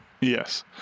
Yes